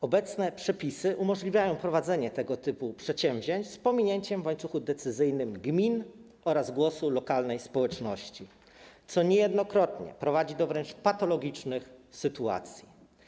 Obecne przepisy umożliwiają prowadzenie tego typu przedsięwzięć z pominięciem w łańcuchu decyzyjnym głosu przedstawicieli gmin oraz lokalnej społeczności, co niejednokrotnie prowadzi do wręcz patologicznych sytuacji.